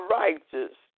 righteous